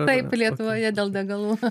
taip lietuvoje dėl degalų